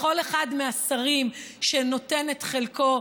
בכל אחד מהשרים שנותן את חלקו,